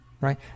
right